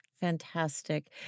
Fantastic